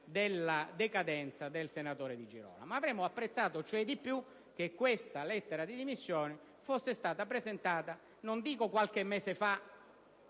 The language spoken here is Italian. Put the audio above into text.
della decadenza del senatore Di Girolamo; cioè avremmo apprezzato di più che questa lettera di dimissioni fosse stata presentata non dico qualche mese fa